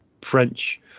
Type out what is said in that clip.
French